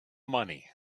money